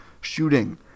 Shooting